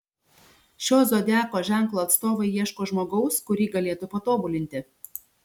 šio zodiako ženklo atstovai ieško žmogaus kurį galėtų patobulinti